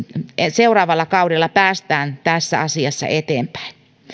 seuraavalla kaudella päästään tässä asiassa eteenpäin